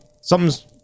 something's